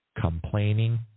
complaining